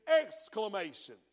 exclamation